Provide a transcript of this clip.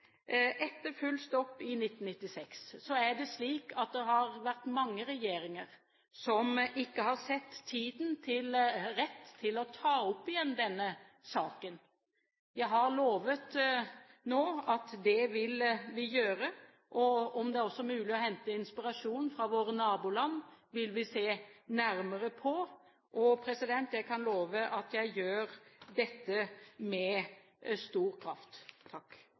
Etter full stopp i 1996 har det vært mange regjeringer som ikke har sett tiden som den rette til å ta opp igjen denne saken. Jeg har lovet nå at det vil vi gjøre. Om det også er mulig å hente inspirasjon fra våre naboland, vil vi se nærmere på, og jeg kan love at jeg gjør dette med stor kraft.